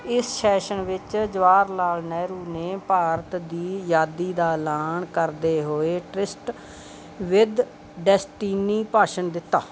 ਇਸ ਸੈਸ਼ਨ ਵਿੱਚ ਜਵਾਹਰ ਲਾਲ ਨਹਿਰੂ ਨੇ ਭਾਰਤ ਦੀ ਅਜ਼ਾਦੀ ਦਾ ਐਲਾਨ ਕਰਦੇ ਹੋਏ ਟ੍ਰਿਸਟ ਵਿਦ ਡੈਸਟੀਨੀ ਭਾਸ਼ਣ ਦਿੱਤਾ